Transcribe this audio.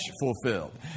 fulfilled